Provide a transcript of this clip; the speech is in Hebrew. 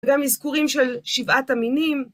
גם אזכורים של שבעת המינים.